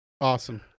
Awesome